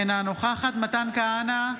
אינה נוכחת מתן כהנא,